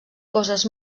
coses